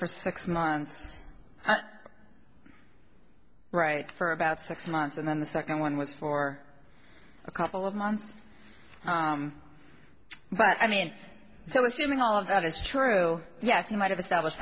for six months right for about six months and then the second one was for a couple of months but i mean so assuming all of that is true yes he might have established